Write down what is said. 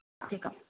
एकम्